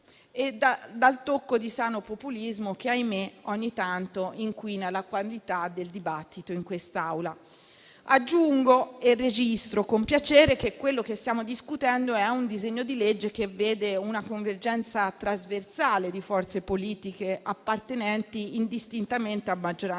e dal tocco di sano populismo che, ahimè, ogni tanto inquina la qualità del dibattito in quest'Aula. Aggiungo, registrando il dato con piacere, che quello che stiamo discutendo è un disegno di legge che vede una convergenza trasversale di forze politiche appartenenti indistintamente a maggioranza